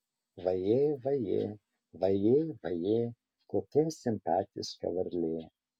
vajė vajė vajė vajė kokia simpatiška varlė